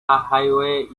highway